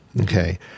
okay